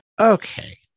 Okay